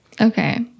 Okay